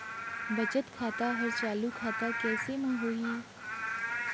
बचत खाता हर चालू खाता कैसे म होही?